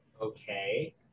Okay